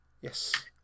Yes